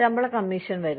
ശമ്പള കമ്മീഷൻ വരുന്നു